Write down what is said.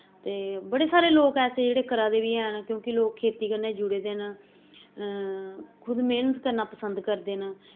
ते बड़े सारे लोक ऐसे जेह्ड़े करा दे बी हैन क्योंकि लोक खेती कन्नै जुड़े दे न खुद मेह्नत करना पसंद करदे न